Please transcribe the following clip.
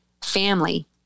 family